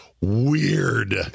weird